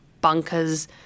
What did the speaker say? bunker's